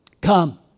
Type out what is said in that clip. Come